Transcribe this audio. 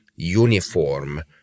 uniform